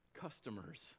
customers